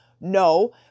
No